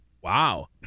Wow